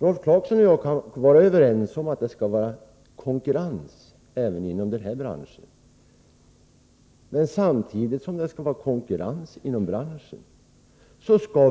Rolf Clarkson och jag kan vara överens om att det skall förekomma konkurrens även inom den här branschen, men det gäller samtidigt att